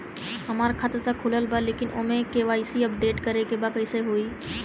हमार खाता ता खुलल बा लेकिन ओमे के.वाइ.सी अपडेट करे के बा कइसे होई?